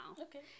okay